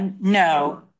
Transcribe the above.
No